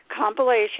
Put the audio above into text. compilation